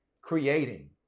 creating